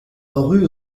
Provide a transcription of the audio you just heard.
rue